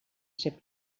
ser